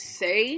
say